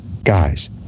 Guys